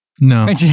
No